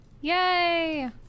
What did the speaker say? Yay